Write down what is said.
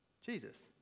Jesus